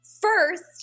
First